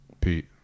Pete